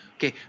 Okay